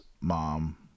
mom